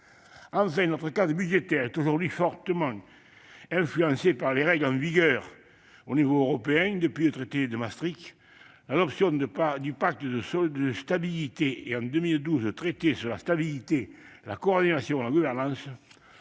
Enfin, notre cadre budgétaire est aujourd'hui fortement influencé par les règles en vigueur au niveau européen : depuis le traité de Maastricht, l'adoption du pacte de stabilité et de croissance et, en 2012, le traité sur la stabilité, la coordination et la gouvernance-